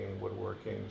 woodworking